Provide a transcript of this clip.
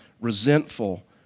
resentful